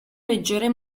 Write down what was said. leggere